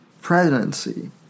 presidency